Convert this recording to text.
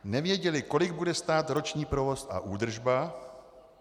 Nevěděli, kolik bude stát roční provoz a údržba.